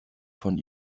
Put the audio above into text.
von